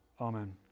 amen